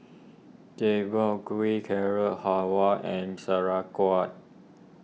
Gui Carrot Halwa and Sauerkraut